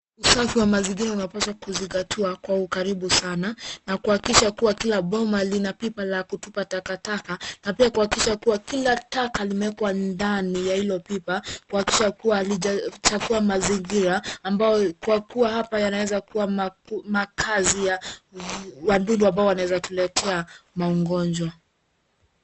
Usafi unapaswa kuzingatiwa kwa ukaribu sana na kuhakikisha kuwa kila boma lina pipa la kutupa takataka, na pia kuhakikisha kuwa kila taka limewekwa ndani ya hilo pipa, kuhakikisha kuwa halijachafua mazingira ambayo kwa kuwa hapa yaweza kuwa makazi ya wadudu ambao wanaweza kutuletea magonjwa.